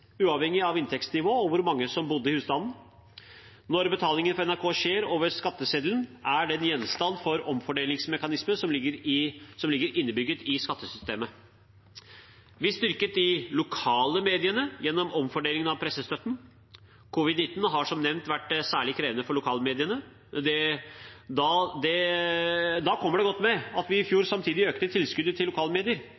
uavhengig av inntektsnivå og hvor mange som bodde i husstanden. Når betalingen for NRK skjer over skatteseddelen, er den gjenstand for omfordelingsmekanismene som ligger innebygget i skattesystemet. Vi styrker de lokale mediene gjennom omfordeling av pressestøtten. Covid-19 har som nevnt vært særlig krevende for lokalmediene. Da kommer det godt med at vi i fjor